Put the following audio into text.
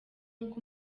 uko